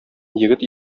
егет